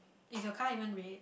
is your car even red